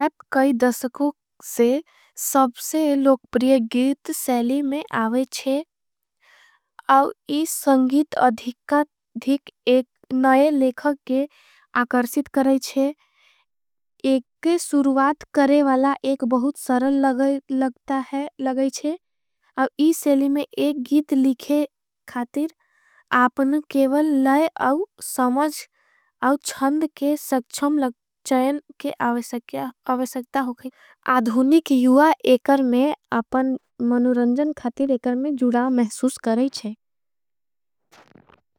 आप कई दसकों से सबसे लोगप्रिय गीत सेली में आवेच्छे आव। इस संगीत अधिकाधिक एक नए लेखके आकर्सित करेच्छे। एक के सुरुवात करेवाला एक बहुत सरल लगेच्छे आव इस। सेली में एक गीत लिखे खातिर आपने केवल ले आव समझ। आव छंद के सक्षम लगेच्छें के आवेसक्ता होगे आधुनिक युआ। एकर में आपने मनुरंजन खातिर एकर में जुड़ा महसूस करेच्छे।